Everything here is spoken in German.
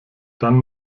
dann